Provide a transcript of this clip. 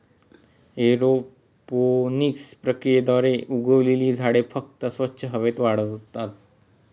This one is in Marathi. एरोपोनिक्स प्रक्रियेद्वारे उगवलेली झाडे फक्त स्वच्छ हवेत वाढतात